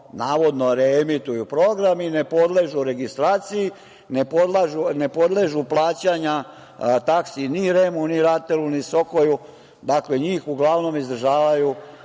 navodno reemituju program i ne podležu registraciji, ne podležu plaćanju taksi ni REM-u, ni RATEL-u, ni SOKOJ-u. Dakle, njih uglavnom izdržavaju